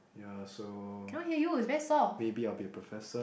yeah so maybe I'll be a professor